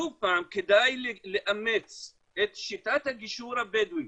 שוב פעם, כדאי לאמץ את שיטת הגישור הבדואית